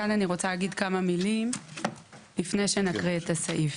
כאן אני רוצה להגיד כמה מילים לפני שנקריא את הסעיף.